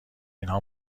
اینها